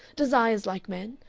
desires like men.